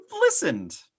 listened